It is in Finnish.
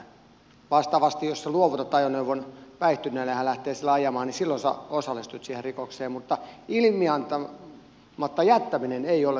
vastaavasti silloin jos luovutat ajoneuvon päihtyneelle ja hän lähtee sillä ajamaan osallistut siihen rikokseen mutta ilmiantamatta jättäminen ei ole rangaistavaa